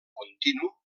continu